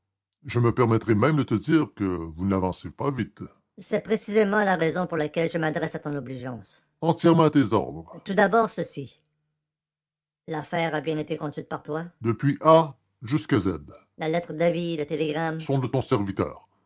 je me permettrai même de vous dire que vous n'avancez pas vite c'est précisément la raison pour laquelle je m'adresse à votre obligeance entièrement à vos ordres tout d'abord ceci l'affaire a bien été conduite par vous depuis a jusqu'à z la lettre d'avis le télégramme sont de votre serviteur